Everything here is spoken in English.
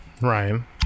Ryan